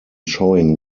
showing